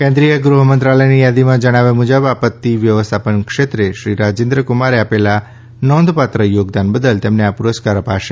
કેન્દ્રિય ગૃહમંત્રાલયની યાદીમાં જણાવ્યા મુજબ આપત્તિ વ્યવસ્થાપન ક્ષેત્રે શ્રી રાજેન્દ્ર કુમારે આપેલા નોંધપાત્ર યોગદાન બદલ તેમને આ પુરસ્કાર અપાશે